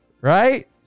right